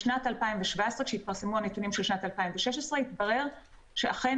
בשנת 2017 כשהתפרסמו הנתונים של שנת 2016 התברר שאכן